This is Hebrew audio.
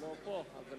הוא לא פה, אבל